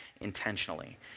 intentionally